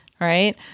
right